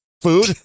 food